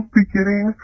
beginning